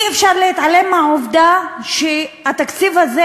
אי-אפשר להתעלם מהעובדה שהתקציב הזה